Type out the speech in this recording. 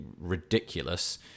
ridiculous